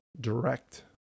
direct